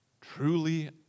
Truly